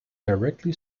directly